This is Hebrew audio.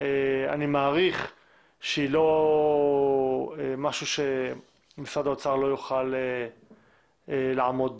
אני מעריך שהיא לא משהו שמשרד האוצר לא יוכל לעמוד בו.